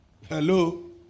Hello